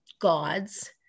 gods